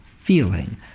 feeling